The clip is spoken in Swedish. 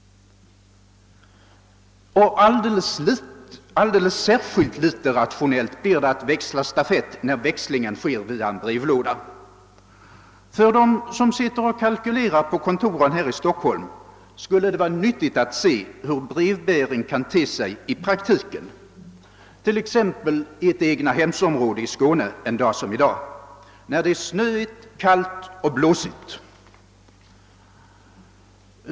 Alldeles särskilt litet rationellt blir det att växla stafett, när växlingen sker via en brevlåda. För dem som sitter och kalkylerar på kontoren här i Stockholm skulle det vara nyttigt att se, hur brevbäringen kan te sig i praktiken, t.ex. i ett egnahemsområde i Skåne en dag som i dag, när det är snöigt, kallt och blåsigt.